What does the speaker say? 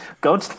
Go